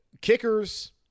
kickers